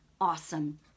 Awesome